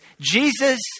Jesus